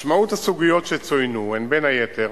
משמעות הסוגיות שצוינו היא בין היתר